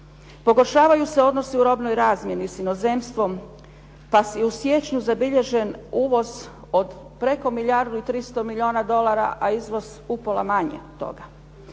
Pogoršavaju se odnosi u robnoj razmjeni s inozemstvom pa je u siječnju zabilježen uvoz od preko milijardu i 300 milijuna dolara, a izvoz upola manje od toga.